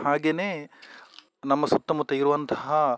ಹಾಗೆಯೇ ನಮ್ಮ ಸುತ್ತಮುತ್ತ ಇರುವಂತಹ